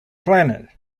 planet